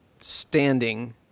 standing